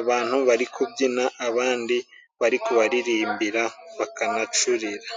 abantu bari kubyina, abandi bari kubaririmbira bakanacurira.